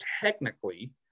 technically